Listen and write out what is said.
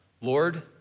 Lord